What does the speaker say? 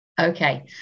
Okay